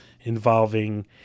involving